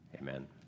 Amen